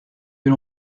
bin